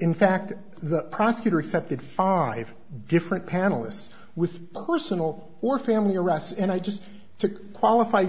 in fact the prosecutor accepted five different panelists with personal or family arrests and i just to qualify your